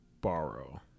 borrow